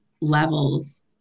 levels